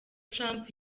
trump